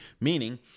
Meaning